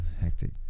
hectic